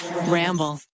Ramble